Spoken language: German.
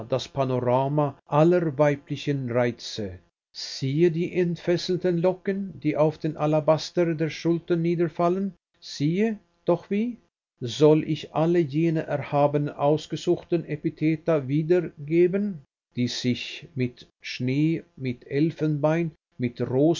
das panorama aller weiblichen reize siehe die entfesselten locken die auf den alabaster der schultern niederfallen siehe doch wie soll ich alle jene erhabenen ausgesuchten epitheta wiedergeben die sich mit schnee mit elfenbein mit